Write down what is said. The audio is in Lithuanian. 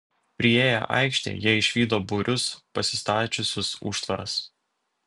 priėję aikštę jie išvydo būrius pasistačiusius užtvaras